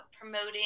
promoting